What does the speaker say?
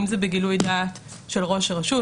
אם זה בגילוי דעת של ראש הרשות,